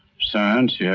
science, yeah